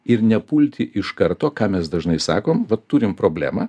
ir nepulti iš karto ką mes dažnai sakom vat turime problemą